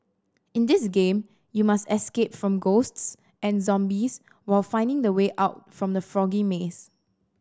in this game you must escape from ghosts and zombies while finding the way out from the foggy maze